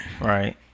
right